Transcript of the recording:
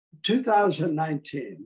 2019